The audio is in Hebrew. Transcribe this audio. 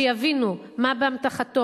כשיבינו מה באמתחתו,